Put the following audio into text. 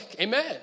amen